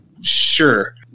Sure